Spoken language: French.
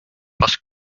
parce